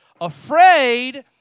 Afraid